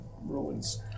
ruins